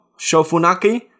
Shofunaki